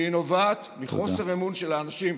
והיא נובעת מחוסר אמון של האנשים,